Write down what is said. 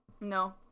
No